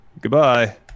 Goodbye